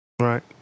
Right